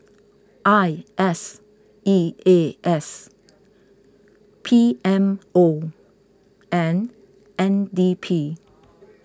I S E A S P M O and N D P